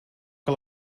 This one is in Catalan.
que